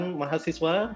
mahasiswa